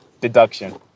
deduction